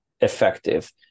effective